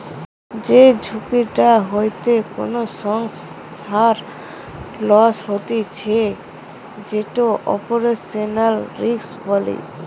যেই ঝুঁকিটা হইতে কোনো সংস্থার লস হতিছে যেটো অপারেশনাল রিস্ক বলে